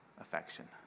affection